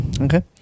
Okay